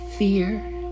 Fear